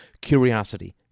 curiosity